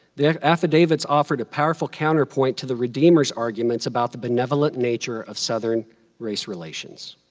the affidavits offered a powerful counterpoint to the redeemers' arguments about the benevolent nature of southern race relations.